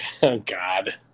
God